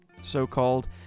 so-called